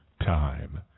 time